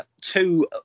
two